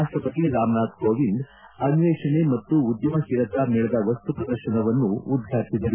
ರಾಷ್ಟಪತಿ ರಾಮನಾಥ್ ಕೋವಿಂದ್ ಅನ್ನೇಷಣೆ ಮತ್ತು ಉದ್ಭಮಶೀಲತಾ ಮೇಳದ ವಸ್ತು ಪ್ರದರ್ಶನವನ್ನು ಉದ್ವಾಟಿಸಿದರು